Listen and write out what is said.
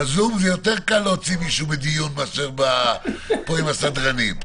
ב-זום זה יותר קל להוציא מישהו מדיון מאשר כאן עם הסדרנים.